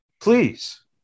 Please